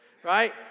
right